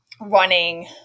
running